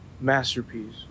masterpiece